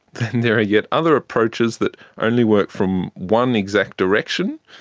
and there are yet other approaches that only work from one exact direction,